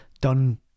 done